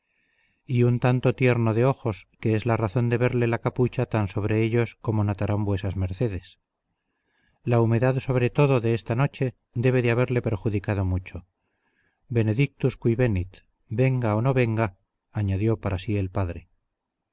y un tanto tierno de ojos que es la razón de verle la capucha tan sobre ellos como notarán vuesas mercedes la humedad sobre todo de esta noche debe de haberle perjudicado mucho benedictus qui venit venga o no venga añadió para sí el padre